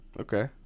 Okay